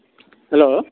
hello